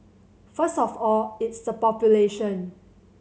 first of all it's the population